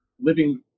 living